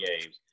games